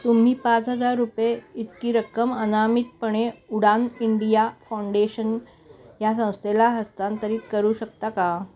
तुम्ही पाच हजार रुपये इतकी रक्कम अनामितपणे उडान इंडिया फाउंडेशन ह्या संस्थेला हस्तांतरित करू शकता का